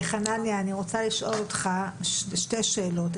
חנניה, אני רוצה לשאול אותך שתי שאלות.